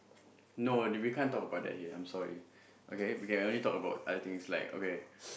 no if we can't talk about that here I'm sorry okay we can only talk about other things like okay